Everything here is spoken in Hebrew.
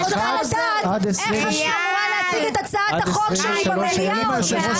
אני רוצה לדעת איך אני אמורה להציג את הצעת החוק שלי במליאה עוד מעט,